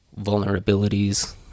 vulnerabilities